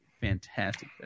fantastic